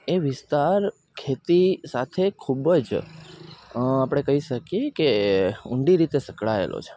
એ વિસ્તાર ખેતી સાથે ખૂબ જ આપણે કહી શકીએ કે ઊંડી રીતે સંકળાયેલો છે